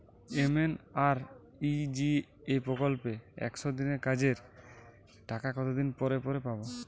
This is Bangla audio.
এম.এন.আর.ই.জি.এ প্রকল্পে একশ দিনের কাজের টাকা কতদিন পরে পরে পাব?